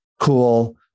cool